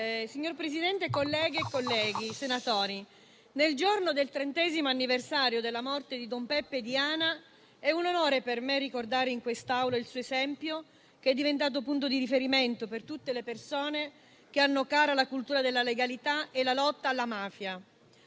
Signor Presidente, colleghe e colleghi, nel giorno del trentesimo anniversario della morte di don Peppe Diana, è un onore per me ricordare in quest'Aula il suo esempio, che è diventato punto di riferimento per tutte le persone che hanno cara la cultura della legalità e la lotta alla mafia.